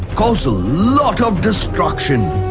cause a lot of destruction.